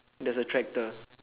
there's a tractor